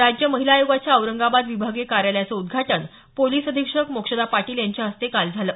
राज्य महिला आयोगाच्या औरंगाबाद विभागीय कार्यालयाचं उद्घाटन पोलीस अधीक्षक मोक्षदा पाटील यांच्या हस्ते काल झालं